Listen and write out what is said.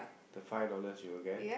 the five dollars you'll get